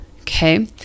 okay